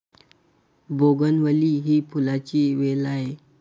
bougainvillea ही फुलांची वेल आहे